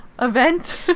event